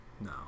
No